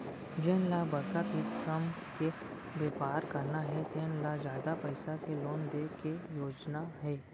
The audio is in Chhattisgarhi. जेन ल बड़का किसम के बेपार करना हे तेन ल जादा पइसा के लोन दे के योजना हे